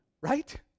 right